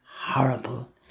horrible